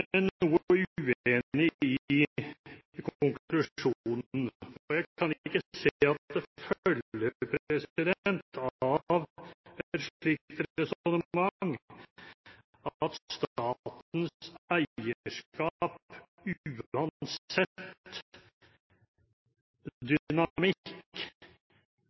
noe uenig i konklusjonen. Jeg kan ikke se at det følger av et slikt resonnement at statens eierskap,